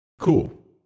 Cool